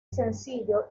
sencillo